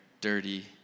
dirty